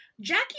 Jackie